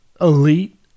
elite